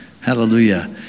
Hallelujah